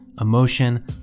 emotion